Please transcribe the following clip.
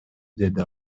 деди